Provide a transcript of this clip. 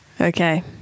Okay